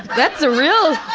that's a real